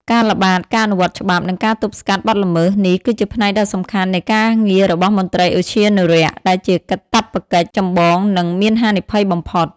ការល្បាត ការអនុវត្តច្បាប់ និងការទប់ស្កាត់បទល្មើស នេះគឺជាផ្នែកដ៏សំខាន់នៃការងាររបស់មន្ត្រីឧទ្យានុរក្ស ដែលជាកាតព្វកិច្ចចម្បង និងមានហានិភ័យបំផុត។